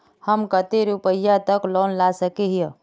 हम कते रुपया तक लोन ला सके हिये?